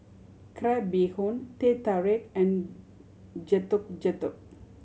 crab bee hoon Teh Tarik and Getuk Getuk